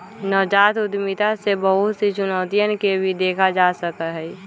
नवजात उद्यमिता में बहुत सी चुनौतियन के भी देखा जा सका हई